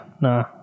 nah